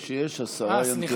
יש, השרה ינקלביץ'.